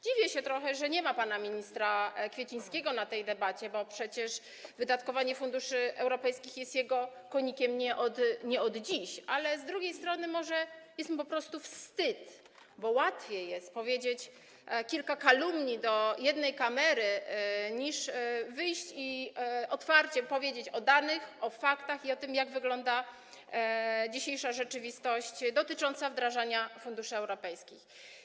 Dziwię się trochę, że nie ma pana ministra Kwiecińskiego w czasie tej debaty, bo przecież wydatkowanie funduszy europejskich jest jego konikiem nie od dziś, ale z drugiej strony może jest mu po prostu wstyd, bo łatwiej jest rzucić kilka kalumnii do jednej kamery, niż wyjść i otwarcie powiedzieć o danych, o faktach i o tym, jak wygląda dzisiejsza rzeczywistość dotycząca wdrażania funduszy europejskich.